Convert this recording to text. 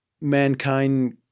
mankind